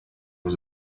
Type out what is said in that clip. was